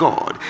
God